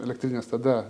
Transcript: elektrinės tada